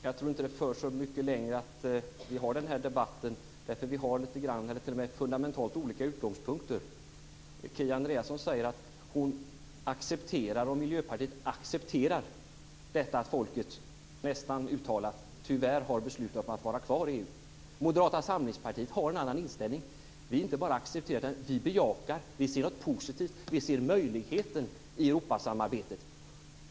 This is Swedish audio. Fru talman! Jag tror inte att det för så mycket längre att vi har den här debatten. Vi har fundamentalt olika utgångspunkter. Kia Andreasson säger att hon och Miljöpartiet accepterar att folket tyvärr, nästan uttalat, har beslutat om att vara kvar i EU. Moderata samlingspartiet har en annan inställning. Vi inte bara accepterar det, utan vi bejakar det. Vi ser något positivt i det. Vi ser möjligheterna i Europasamarbetet.